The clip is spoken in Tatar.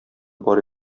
бар